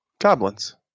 Goblins